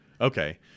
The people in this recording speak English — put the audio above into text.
Okay